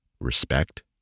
respect